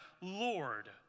Lord